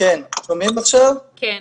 חשוב לי מאוד